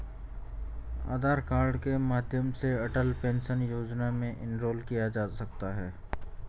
आधार card के माध्यम से अटल पेंशन योजना में इनरोल किया जा सकता है